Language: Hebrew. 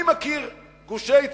אני מכיר גושי התנחלויות,